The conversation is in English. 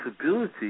possibility